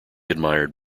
admired